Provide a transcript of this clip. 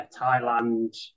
Thailand